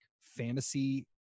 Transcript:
fantasy